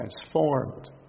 transformed